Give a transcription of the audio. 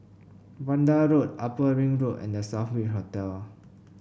Vanda Road Upper Ring Road and The Southbridge Hotel